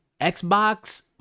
Xbox